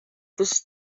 this